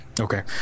Okay